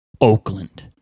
Oakland